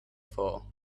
for